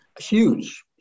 Huge